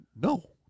No